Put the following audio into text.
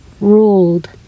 ruled